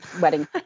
wedding